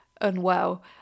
unwell